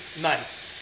nice